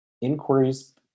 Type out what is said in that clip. inquiries